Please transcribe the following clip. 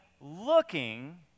looking